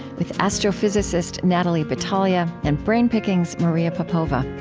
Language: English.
with astrophysicist natalie batalha and brain pickings' maria popova